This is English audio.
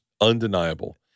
undeniable